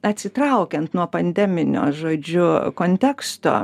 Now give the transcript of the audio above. atsitraukiant nuo pandeminio žodžiu konteksto